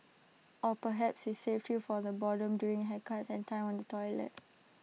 or perhaps IT saved you from the boredom during haircuts and time on the toilet